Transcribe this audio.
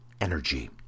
energy